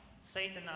Satan